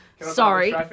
Sorry